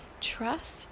trust